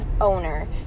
owner